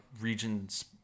regions